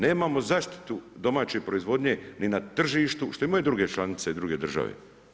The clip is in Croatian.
Nemamo zaštitu domaće proizvodnje ni na tržištu što imaju druge članice druge države.